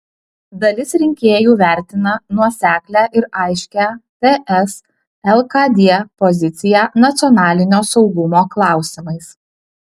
dalis rinkėjų vertina nuoseklią ir aiškią ts lkd poziciją nacionalinio saugumo klausimais